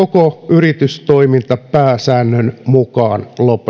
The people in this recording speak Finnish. yritystoiminta pääsäännön mukaan lopettaa yrittäjän tyel